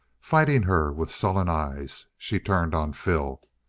fighting her with sullen eyes. she turned on phil.